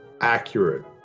accurate